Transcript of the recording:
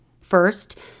First